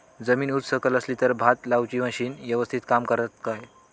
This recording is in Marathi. जमीन उच सकल असली तर भात लाऊची मशीना यवस्तीत काम करतत काय?